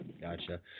gotcha